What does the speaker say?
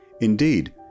Indeed